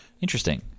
Interesting